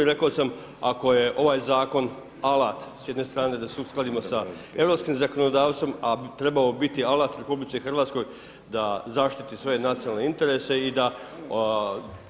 I rekao sam ako je ovaj zakon alat s jedne strane da se uskladimo sa europskim zakonodavstvom a trebao bi biti alat Republici Hrvatskoj da zaštiti svoje nacionalne interese i da